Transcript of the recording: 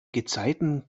gezeiten